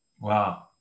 wow